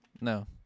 No